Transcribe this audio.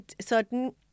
certain